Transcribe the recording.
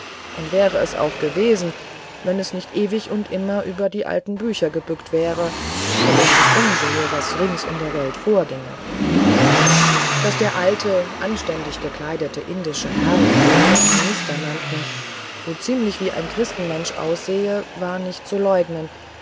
und wäre es auch gewesen wenn es nicht ewig und immer über die alten bücher gebückt wäre sondern sich umsähe was rings in der welt vorginge daß der alte anständig gekleidete indische herr den sie minister nannten so ziemlich wie ein christenmensch aussähe war nicht zu leugnen